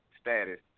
status